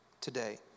today